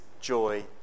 joy